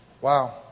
Wow